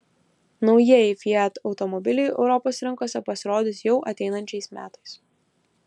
naujieji fiat automobiliai europos rinkose pasirodys jau ateinančiais metais